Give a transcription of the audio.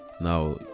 Now